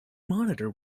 monitor